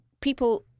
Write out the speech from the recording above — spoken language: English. people